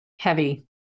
heavy